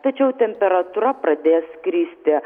tačiau temperatūra pradės kristi